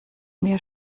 mir